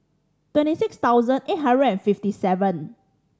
twenty six thousand eight hundred and fifty seven